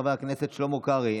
חבר הכנסת שלמה קרעי,